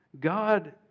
God